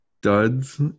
duds